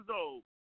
old